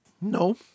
No